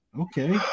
Okay